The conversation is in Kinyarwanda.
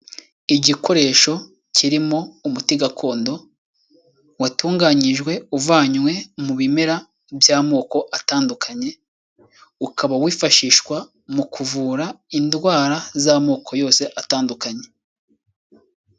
Igikoresho kirimo umuti gakondo watunganyijwe uvanywe mu bimera by'amoko atandukanye, ukaba wifashishwa mu kuvura indwara z'amoko yose atandukanye.